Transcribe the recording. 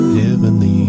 heavenly